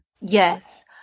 Yes